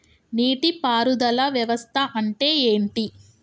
నీటి పారుదల వ్యవస్థ అంటే ఏంటి?